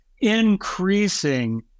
increasing